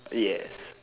yes